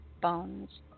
bones